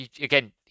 again